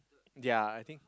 ya I think